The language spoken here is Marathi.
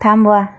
थांबवा